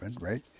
right